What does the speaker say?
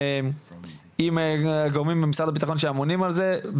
עם גורמים ממשרד הבטחון שאמונים על זה,